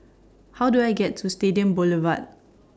How Do I get to Stadium Boulevard